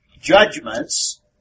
judgments